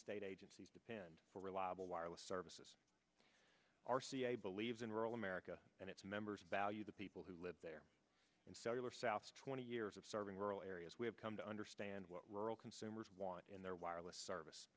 state agencies depend for reliable wireless services r c a believes in rural america and its members bal you the people who live there in cellular south twenty years of general areas we have come to understand what rural consumers want in their wireless service